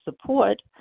support